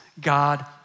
God